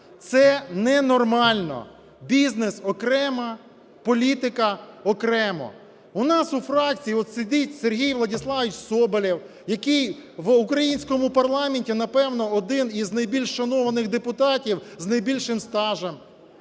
Це ненормально. Бізнес – окремо. Політика –окремо. У нас у фракції от сидить Сергій Владиславович Соболєв, який в українському парламенті, напевно, один із найбільш шанованих депутатів з найбільшим стажем.